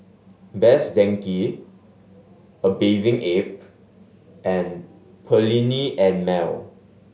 Best Denki A Bathing Ape and Perllini and Mel